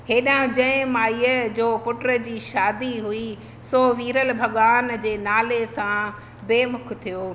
हेॾा जंहिं माईअ जो पुट जी शादी हुई सो वीरल भॻवान जे नाले सां ॿिए मुख थियो